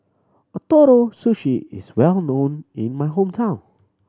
Ootoro Sushi is well known in my hometown